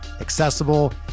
accessible